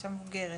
אישה מבוגרת.